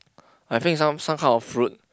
I think some some kind of fruit